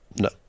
no